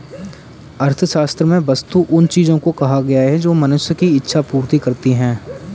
अर्थशास्त्र में वस्तु उन चीजों को कहा गया है जो मनुष्य की इक्षा पूर्ति करती हैं